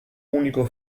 unico